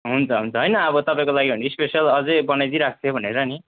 हुन्छ हुन्छ होइन अब तपाईँको लागि भनेर स्पेसल अझै बनाइदिई राख्थेँ भनेर नि